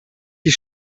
die